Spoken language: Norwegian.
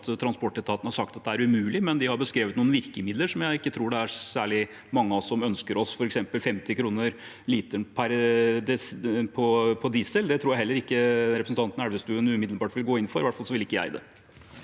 transportetaten har sagt at det er umulig, men vi har beskrevet noen virkemidler som jeg ikke tror det er særlig mange av oss som ønsker oss, f.eks. 50 kr per liter for diesel. Det tror jeg heller ikke representanten Elvestuen umiddelbart vil gå inn for – i hvert fall vil ikke jeg det.